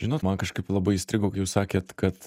žinot man kažkaip labai įstrigo kai jūs sakėt kad